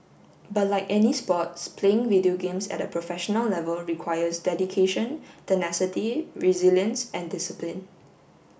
but like any sports playing video games at a professional level requires dedication tenacity resilience and discipline